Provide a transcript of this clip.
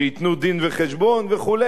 שייתנו דין-וחשבון וכו'.